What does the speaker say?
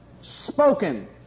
spoken